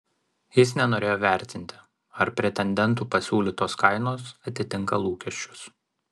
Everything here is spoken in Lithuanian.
jis nenorėjo vertinti ar pretendentų pasiūlytos kainos atitinka lūkesčius